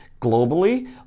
globally